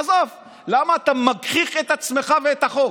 עזוב, אתה מגחיך את עצמך ואת החוק.